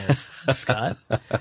Scott